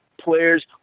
players